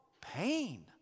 pain